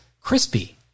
crispy